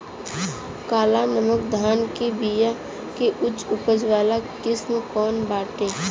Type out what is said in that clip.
काला नमक धान के बिया के उच्च उपज वाली किस्म कौनो बाटे?